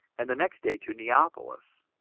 and the next day to neapolis